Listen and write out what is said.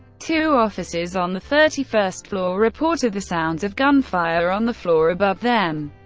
two officers on the thirty first floor reported the sounds of gunfire on the floor above them.